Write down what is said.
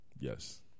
yes